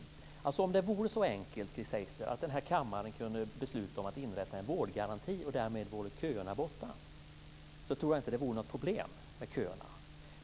Om det vore så enkelt, Chris Heister, att kammaren kunde besluta om inrättandet av en vårdgaranti och köerna därmed vore borta skulle det nog inte vara något problem med köerna.